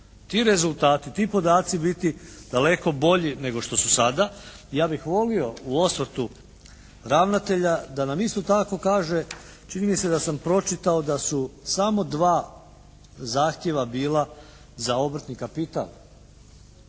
ti rezultati, ti podaci biti daleko bolji nego što su sada. Ja bih volio u osvrtu ravnatelja da nam isto tako kaže, čini mi se da sam pročitao da su samo dva zahtjeva bila za obrtni kapital.